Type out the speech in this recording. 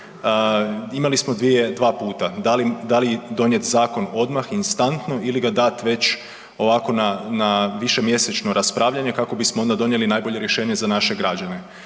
imali smo dva puta da li donijeti zakon odmah instantno ili ga dat već ovako na višemjesečno raspravljanje kako bismo onda donijeli najbolje rješenje za naše građane.